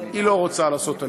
היא לא רוצה לעשות עלייה,